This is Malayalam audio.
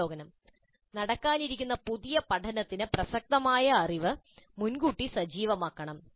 അവലോകനം നടക്കാനിരിക്കുന്ന പുതിയ പഠനത്തിന് പ്രസക്തമായ അറിവ് മുൻകൂട്ടി സജീവമാക്കണം